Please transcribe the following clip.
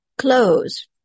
clothes